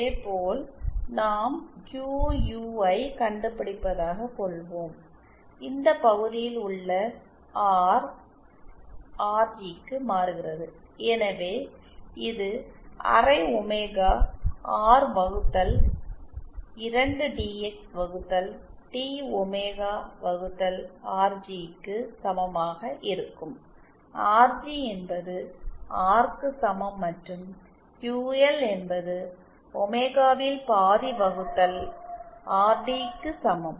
இதேபோல் நாம் QU ஐக் கண்டுபிடிப்பதாக கொள்வோம் இந்த பகுதியில் உள்ள R RG க்கு மாறுகிறது எனவே இது அரை ஒமேகா R வகுத்தல் 2 டிஎக்ஸ் வகுத்தல் டி ஒமேகா வகுத்தல் ஆர்ஜி க்கு சமமாக இருக்கும் ஆர்ஜி என்பது ஆர்க்கு சமம் மற்றும் க்யூஎல் என்பது ஒமேகாவில் பாதி வகுத்தல் ஆர்டி க்கு சமம்